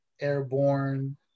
Airborne